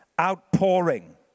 outpouring